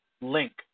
link